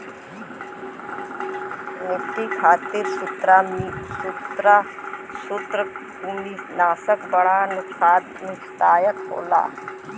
मट्टी खातिर सूत्रकृमिनाशक बड़ा नुकसानदायक होला